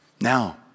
Now